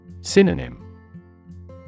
Synonym